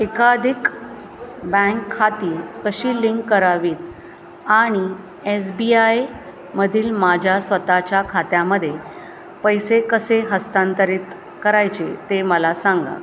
एकाधिक बँक खाती कशी लिंक करावी आणि एस बी आयमधील माझ्या स्वतःच्या खात्यामध्ये पैसे कसे हस्तांतरित करायचे ते मला सांगा